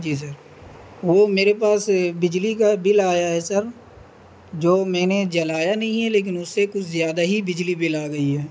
جی sir وہ میرے پاس بجلی کا بل آیا ہے سر جو میں نے جلایا نہیں ہے لیکن اس سے کچھ زیادہ ہی بجلی بل آ گئی ہے